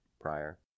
prior